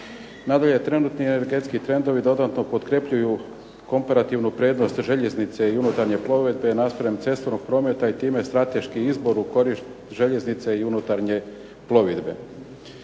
Nadalje, trenutni energetski trendovi dodatno potkrepljuju komparativnu vrijednost željeznice i unutarnje plovidbe naspram cestovnog prometa i time strateški izbor u korist željeznice i unutarnje plovidbe.